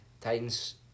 Titans